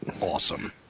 Awesome